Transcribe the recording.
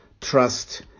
trust